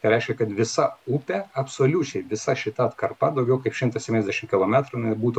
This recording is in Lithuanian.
tai reiškia kad visa upė absoliučiai visa šita atkarpa daugiau kaip šimtas septyniasdešimt kilometrų jinai būtų